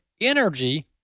energy